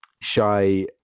shy